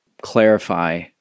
clarify